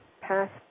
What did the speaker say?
past